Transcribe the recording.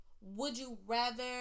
would-you-rather